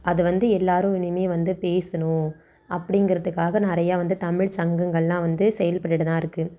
அதை வந்து எல்லோரும் இனிமேல் வந்து பேசணும் அப்படிங்குறத்துக்காக நிறையா வந்து தமிழ் சங்கங்களெலாம் வந்து செயல்பட்டுகிட்டுதான் இருக்குது